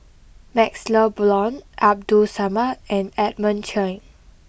Maxle Blond Abdul Samad and Edmund Cheng